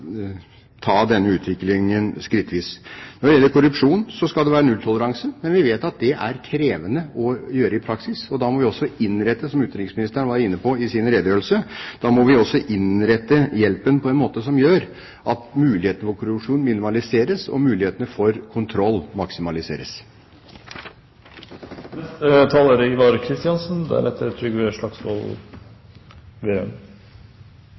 ta denne utviklingen skrittvis. Når det gjelder korrupsjon, skal det være nulltoleranse, men vi vet at det er krevende å gjennomføre i praksis. Da må vi, som utenriksministeren var inne på i sin redegjørelse, innrette hjelpen på en måte som gjør at mulighetene for korrupsjon minimaliseres og mulighetene for kontroll maksimaliseres. Utenriksministeren har gjentatte ganger, både i dag og i sin redegjørelse, understreket hvor komplisert situasjonen er